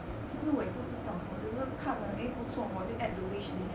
其实我也不知道我只是看了 eh 不错我就 add to wish list